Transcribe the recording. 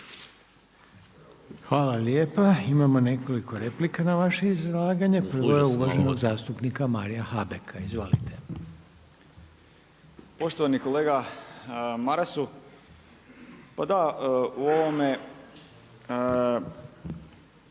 Hvala lijepa. Imamo nekoliko replika na vaše izlaganje, prvo je ono uvaženog zastupnika Maria Habeka. Izvolite. **Habek, Mario (SDP)** Poštovani kolega Marasu, pa da u ovome